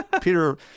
Peter